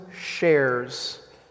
shares